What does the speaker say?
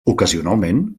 ocasionalment